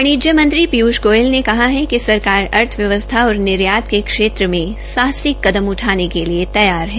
वाणिज्य मंत्री पीयूष गोयल ने कहा है कि सरकार अर्थव्यवस्था और निर्यात के क्षेत्र में साहसिक कदम उठाने के लिए तैयार है